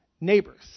Neighbors